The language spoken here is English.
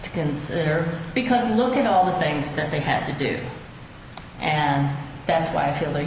to consider because look at all the things that they had to do and that's why i feel